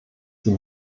die